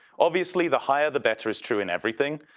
obviously, the higher the better is true in everything.